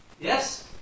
Yes